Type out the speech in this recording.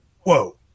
Whoa